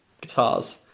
guitars